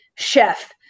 Chef